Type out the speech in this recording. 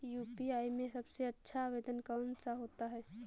UPI में सबसे अच्छा आवेदन कौन सा होता है?